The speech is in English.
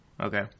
Okay